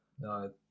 No